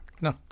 no